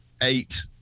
eight